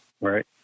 right